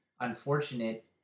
unfortunate